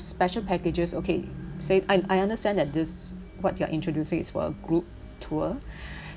special packages okay say I I understand that this what you're introducing is for a group tour